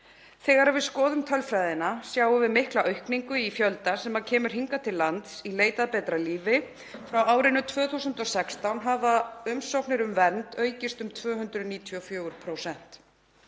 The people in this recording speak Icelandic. Þegar við skoðum tölfræðina sjáum við mikla aukningu í fjölda sem kemur hingað til lands í leit að betra lífi. Frá árinu 2016 hafa umsóknir um vernd aukist um 294%.